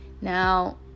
now